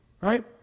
Right